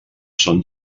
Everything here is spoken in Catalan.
són